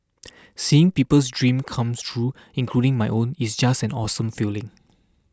seeing people's dreams come true including my own it's just an awesome feeling